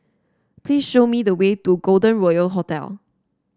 please show me the way to Golden Royal Hotel